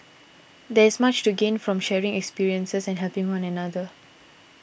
there is much to gain from the sharing of experiences and helping one another